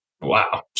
wow